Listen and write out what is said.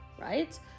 right